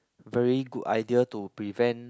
very good idea to prevent